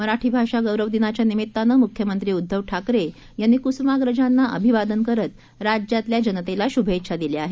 मराठी भाषा गौरव दिनाच्या निमीत्तानं मुख्यमंत्री उद्दव ठाकरे यांनी कुसुमाप्रजांना अभिवादन करत राज्यातल्या जनतेला शुभेच्छा दिल्या आहेत